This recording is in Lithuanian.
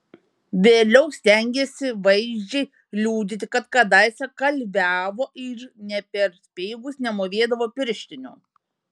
vėliau stengėsi vaizdžiai liudyti kad kadaise kalviavo ir nė per speigus nemūvėdavo pirštinių